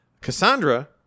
Cassandra